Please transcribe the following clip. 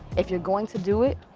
if you're going to do it,